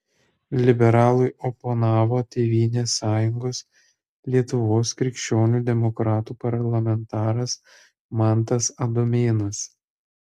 liberalui oponavo tėvynės sąjungos lietuvos krikščionių demokratų parlamentaras mantas adomėnas